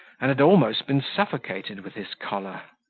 and had almost been suffocated with his choler.